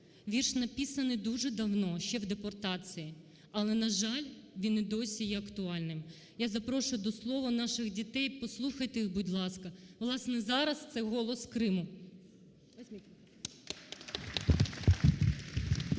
Вірш написаний дуже давно, ще в депортації, але, на жаль, він і досі є актуальним. Я запрошую до слова наших дітей. Послухайте їх, будь ласка, власне, зараз це голос Криму.